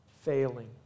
failing